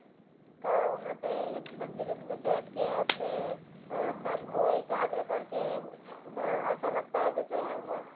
का वहाँ पर मंदिर में बैठ कर अपने मन को एकाग्र करके ऐसा लगता है जैसे हम वहाँ